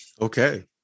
Okay